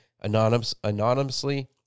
anonymously